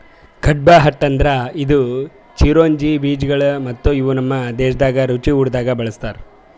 ಕಡ್ಪಾಹ್ನಟ್ ಅಂದುರ್ ಇದು ಚಿರೊಂಜಿ ಬೀಜಗೊಳ್ ಮತ್ತ ಇವು ನಮ್ ದೇಶದಾಗ್ ರುಚಿ ಊಟ್ದಾಗ್ ಬಳ್ಸತಾರ್